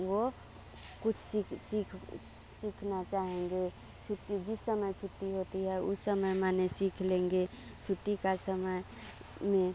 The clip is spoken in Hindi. वो कुछ सीख सीख सी सीखना चाहेंगे छुट्टी जिस समय छुट्टी होती है उस समय माने सीख लेंगे छुट्टी का समय में